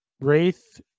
Wraith